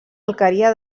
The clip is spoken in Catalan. alqueria